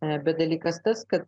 bet dalykas tas kad